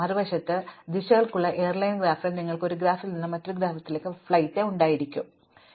മറുവശത്ത് ഞങ്ങൾക്ക് ദിശകളുള്ള എയർലൈൻ ഗ്രാഫിൽ ഞങ്ങൾക്ക് ഒരു നഗരത്തിൽ നിന്ന് മറ്റൊരു നഗരത്തിലേക്ക് ഒരു ഫ്ലൈറ്റ് ഉണ്ടായിരിക്കാം പക്ഷേ മോശമല്ല